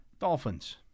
Dolphins